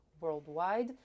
worldwide